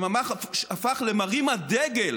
שהפך למרים הדגל